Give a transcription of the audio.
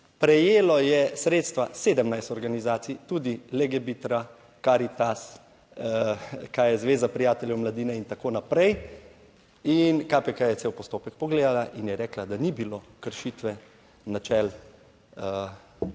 prejelo je sredstva 17 organizacij, tudi Legebitra, Karitas, kaj je Zveza prijateljev mladine in tako naprej in KPK je cel postopek pogledala in je rekla, da ni bilo kršitve načel integritete